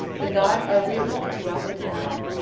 the gods are really the tuatha de danann,